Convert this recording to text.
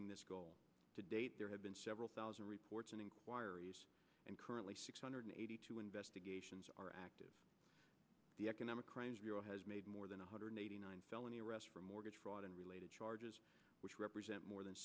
ing this goal to date there have been several thousand reports and inquiries and currently six hundred eighty two investigations are active the economic crimes bureau has made more than one hundred eighty nine felony arrests for mortgage fraud and related charges which represent more than